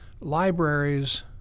Libraries